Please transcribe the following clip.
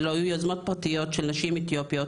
אלה היו הקרנות פרטיות של נשים אתיופיות,